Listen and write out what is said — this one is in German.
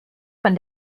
von